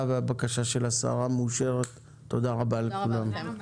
0 הבקשה מאושרת הדחייה מאושרת,